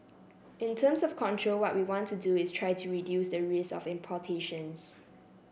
in terms of control what we want to do is try to reduce the risk of importations